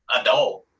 adult